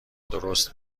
درست